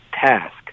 task